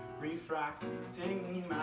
Refracting